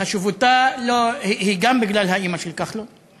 חשיבותה היא גם בגלל האימא של כחלון,